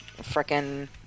frickin